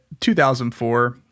2004